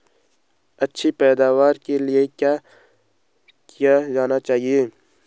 अच्छी पैदावार के लिए क्या किया जाना चाहिए?